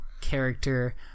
character